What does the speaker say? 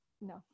no